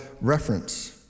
reference